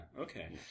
Okay